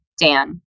Dan